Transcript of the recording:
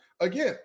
again